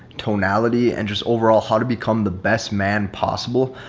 tonality, and just overall how to become the best man possible,